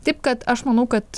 taip kad aš manau kad